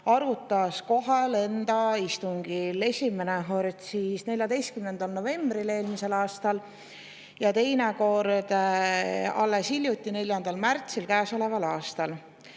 eelnõu kahel istungil. Esimene kord 14. novembril eelmisel aastal ja teine kord alles hiljuti, 4. märtsil käesoleval aastal.